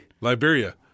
Liberia